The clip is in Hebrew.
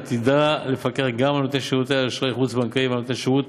עתידה לפקח גם על נותני שירותי אשראי חוץ-בנקאי ועל נותני שירות